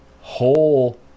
whole